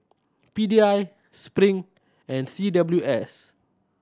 P D I Spring and C W S